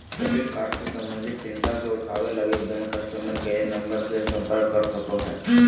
credit card से संबंधित चिंता के उठावैय लगी, बैंक कस्टमर केयर नम्बर से संपर्क कर सको हइ